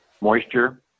moisture